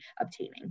obtaining